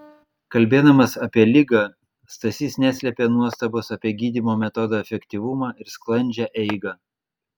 kalbėdamas apie ligą stasys neslėpė nuostabos apie gydymo metodo efektyvumą ir sklandžią eigą